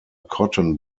cotton